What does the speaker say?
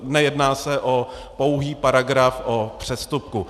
Nejedná se o pouhý paragraf o přestupku.